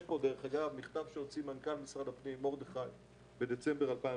יש פה מכתב שהוציא מנכ"ל משרד הפנים מרדכי כהן בדצמבר 2016: